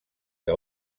que